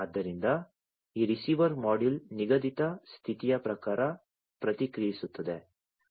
ಆದ್ದರಿಂದ ಈ receiver module ನಿಗದಿತ ಸ್ಥಿತಿಯ ಪ್ರಕಾರ ಪ್ರತಿಕ್ರಿಯಿಸುತ್ತದೆ